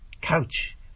couch